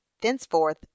thenceforth